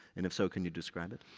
and if so, can you describe it?